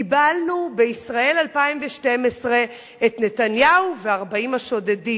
קיבלנו בישראל 2012 את נתניהו ו-40 השודדים.